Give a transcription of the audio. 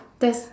there's